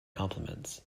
compliments